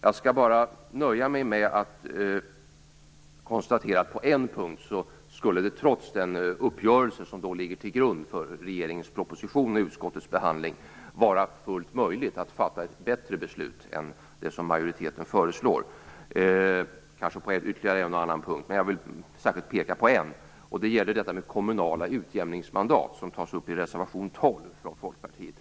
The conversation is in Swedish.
Jag skall nöja mig med att konstatera att det på en punkt skulle vara fullt möjligt att fatta ett bättre beslut än det som majoriteten föreslår, trots uppgörelsen som ligger till grund för regeringens proposition och utskottets behandling. Det gäller kanske ytterligare en och annan punkt, men jag vill särskilt peka på en, nämligen frågan om kommunala utjämningsmandat, som tas upp i reservation 12 av Folkpartiet.